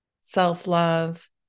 self-love